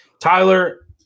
Tyler –